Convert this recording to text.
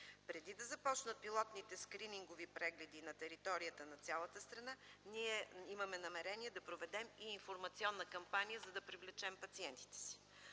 Преди да започнат пилотните скринингови прегледи на територията на цялата страна, имаме намерения да проведем и информационна кампания, за да привлечем пациентите си.